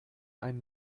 ein